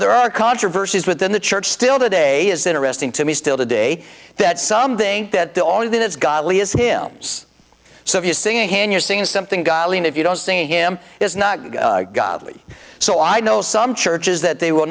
there are controversies within the church still today is interesting to me still today that some think that the only thing that's godly is him so if you're seeing hand you're seeing something godly and if you don't see in him is not godly so i know some churches that they will